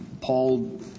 Paul